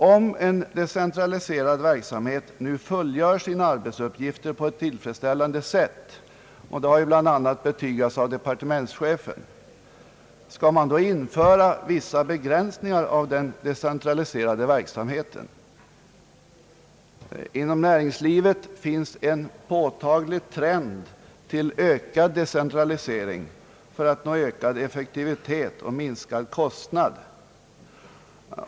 Om en decentraliserad verksamhet nu fullgör sina arbetsuppgifter på ett tillfredsställande sätt — och det har bl.a. betygats av departementschefen — skall man då införa vissa begränsningar av den decentraliserade verksamheten? Inom «näringslivet finns en påtaglig trend till ökad decentralisering för att nå större effektivitet och minskade kostnader.